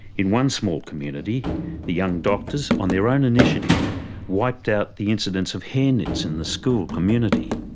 in one small community the young doctors on their own initiative wiped out the incidence of hair nits in the school community.